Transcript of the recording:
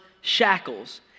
shackles